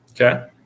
Okay